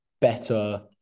better